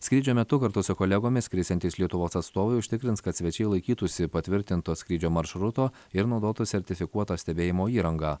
skrydžio metu kartu su kolegomis skrisiantys lietuvos atstovai užtikrins kad svečiai laikytųsi patvirtinto skrydžio maršruto ir naudotų sertifikuotą stebėjimo įrangą